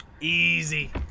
easy